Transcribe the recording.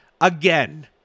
again